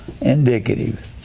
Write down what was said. indicative